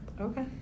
Okay